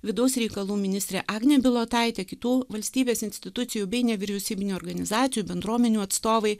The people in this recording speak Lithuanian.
vidaus reikalų ministrė agnė bilotaitė kitų valstybės institucijų bei nevyriausybinių organizacijų bendruomenių atstovai